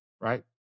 right